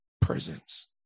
presence